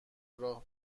راه